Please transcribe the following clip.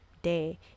Day